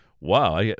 wow